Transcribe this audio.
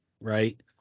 Right